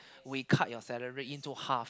we cut your salary into half